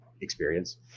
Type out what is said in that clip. experience